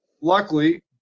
luckily